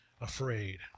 afraid